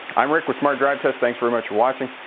i'm rick with smart drive test, thanks very much for watching.